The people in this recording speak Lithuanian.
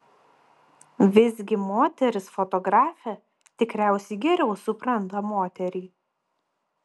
visgi moteris fotografė tikriausiai geriau supranta moterį